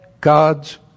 God's